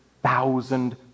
Thousand